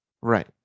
Right